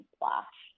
splash